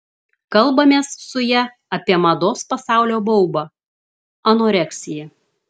kalbamės su ja apie mados pasaulio baubą anoreksiją